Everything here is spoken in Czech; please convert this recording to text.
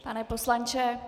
Pane poslanče...